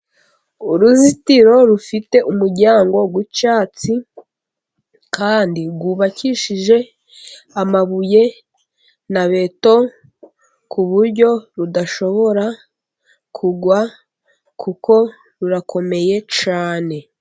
Uruzitiro rufite umuryango w'icyatsi kandi rwubakishije amabuye na beto, ku buryo rudashobora kugwa kuko rurakomeye cyane.